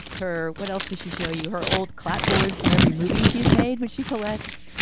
her. what else do she show you? her old clap boards from every movie she's made when she collects,